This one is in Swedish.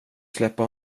släppa